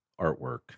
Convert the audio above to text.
artwork